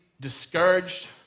discouraged